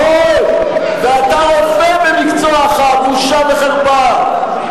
ואתה רופא במקצועך, בושה וחרפה.